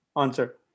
answer